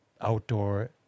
outdoor